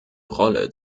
rolle